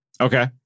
Okay